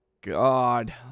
God